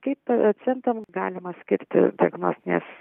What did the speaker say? kaip pacientams galima skirti diagnostines